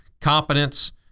competence